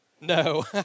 No